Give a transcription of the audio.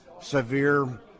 severe